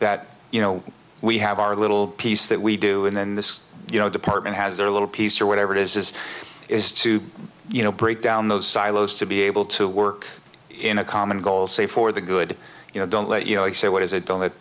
that you know we have our little piece that we do and then this you know department has their little piece or whatever it is is to you know break down those silos to be able to work in a common goal say for the good you know don't let you know it's a what is it